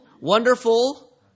Wonderful